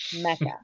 Mecca